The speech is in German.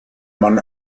man